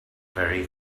very